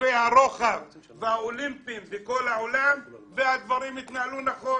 גופי הרוחב האולימפיים והדברים התנהלו נכון.